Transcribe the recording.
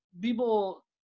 people